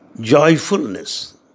joyfulness